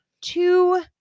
two